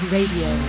Radio